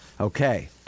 Okay